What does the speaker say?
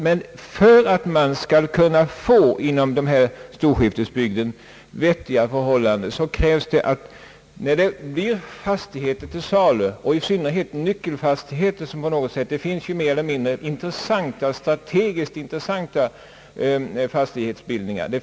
Men för att man skall kunna få vettiga förhållanden inom den här storskiftesbygden krävs det en viss strategi när fastigheter blir till salu, i synnerhet när det är fråga om nyckelfastigheter. Det finns ju mer eller mindre strategiskt intressanta fastighetsbildningar.